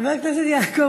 לא נמצא.